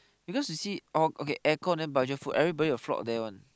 because you see oh okay air con then budget food everybody will flock there [one]